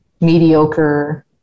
mediocre